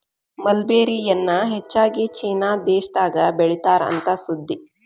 mulberry ಎನ್ನಾ ಹೆಚ್ಚಾಗಿ China ದೇಶದಾಗ ಬೇಳಿತಾರ ಅಂತ ಸುದ್ದಿ